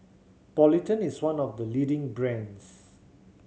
Polident is one of the leading brands